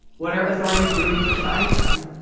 what are authorities doing to find them?